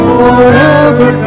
forever